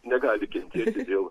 negali kentėti dėl